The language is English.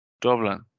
Dublin